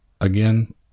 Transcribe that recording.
Again